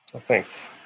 thanks